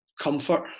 comfort